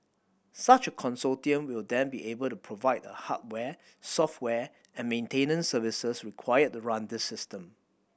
such a consortium will then be able to provide the hardware software and maintenance services required to run this system